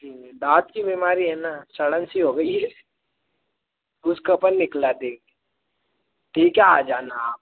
जी जी दाँत की बीमारी है न सड़न सी हो गई है उसकाे अपन निकला देंगे ठीक है आ जाना आप